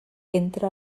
entra